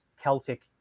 celtic